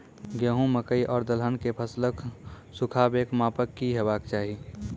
गेहूँ, मकई आर दलहन के फसलक सुखाबैक मापक की हेवाक चाही?